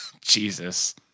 Jesus